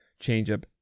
changeup